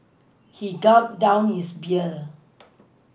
he gulped down his beer